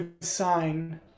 Sign